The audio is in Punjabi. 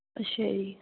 ਅੱਛਾ ਜੀ